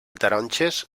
taronges